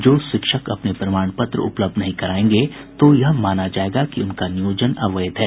जो शिक्षक अपने प्रमाण पत्र उपलब्ध नहीं करायेंगे तो यह माना जायेगा कि उनका नियोजन अवैध है